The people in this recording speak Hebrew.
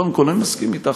קודם כול, אני מסכים אתך.